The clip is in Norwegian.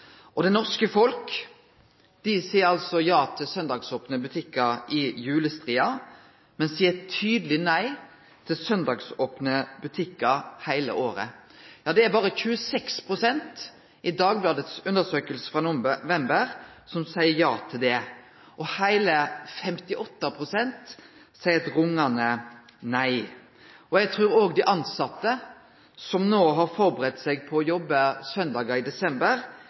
og da er det veldig vanskeleg å vere lei seg for at me har søndagsopne butikkar. Men spørsmålet er: Ønsker me å ha det sånn heile året? Det norske folk seier ja til søndagsopne butikkar i julestria, men seier eit tydeleg nei til søndagsopne butikkar heile året – ja, det er berre 26 pst. i Dagbladets undersøking frå november som seier ja til det, og heile 58 pst. seier